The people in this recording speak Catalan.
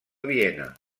viena